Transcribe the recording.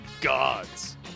gods